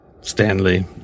Stanley